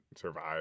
survive